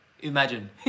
Imagine